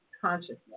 consciousness